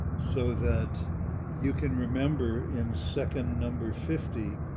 so that you can remember in second number fifty,